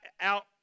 out